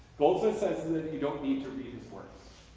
goldsmith says and that and you don't need to read his work,